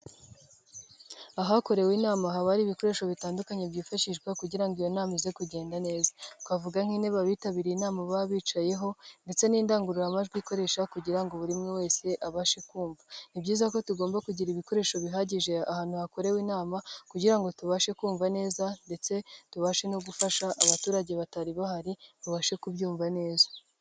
Ahakorewe inama haba ari ibikoresho bitandukanye byifashishwa kugira ngo iyo nama ize kugenda neza, twavuga nk'intebe abitabiriye inama baba bicayeho ndetse n'indangururamajwi ikoreshwa kugira ngo buri muntu wese abashe kumva; ni byiza ko tugomba kugira ibikoresho bihagije ahantu hakorewe inama kugira ngo tubashe kumva neza ndetse tubashe no gufasha abaturage batari bahari babashe kubyumva neza.